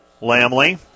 Lamley